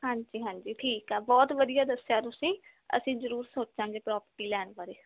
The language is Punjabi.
ਹਾਂਜੀ ਹਾਂਜੀ ਠੀਕ ਆ ਬਹੁਤ ਵਧੀਆ ਦੱਸਿਆ ਤੁਸੀਂ ਅਸੀਂ ਜ਼ਰੂਰ ਸੋਚਾਂਗੇ ਪ੍ਰੋਪਰਟੀ ਲੈਣ ਬਾਰੇ